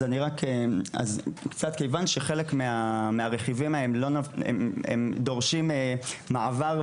אז מכיוון שחלק מהרכיבים ההם דורשים מעבר,